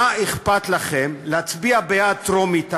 אז מה אכפת לכם להצביע בעד בקריאה טרומית,